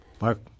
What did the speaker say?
Mark